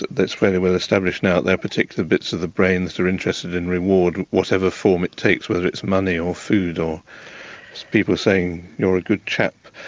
that's fairly well established now there are particular bits of the brain that are interested in reward, whatever form it takes whether it's money, or food, or people saying you're a good chap.